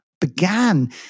began